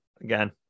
Again